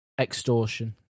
Extortion